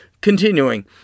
Continuing